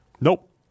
Nope